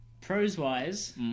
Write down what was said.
Pros-wise